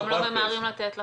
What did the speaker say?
הם גם לא ממהרים לתת לכם.